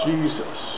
Jesus